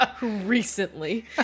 recently